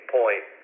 point